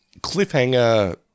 cliffhanger